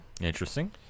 Interesting